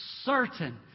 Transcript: certain